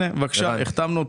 הנה, בבקשה, החתמנו.